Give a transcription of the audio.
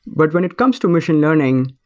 but when it comes to machine learning,